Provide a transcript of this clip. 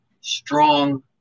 strong